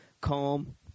calm